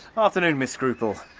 afternoon, miss scruple!